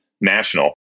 national